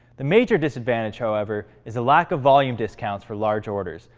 the major disadvantage however is the lack of volume discount for large orders,